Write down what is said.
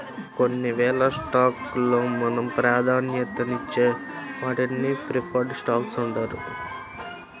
కొన్ని వేల స్టాక్స్ లో మనం ప్రాధాన్యతనిచ్చే వాటిని ప్రిఫర్డ్ స్టాక్స్ అంటారు